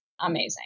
amazing